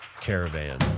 Caravan